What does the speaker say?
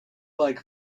like